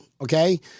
okay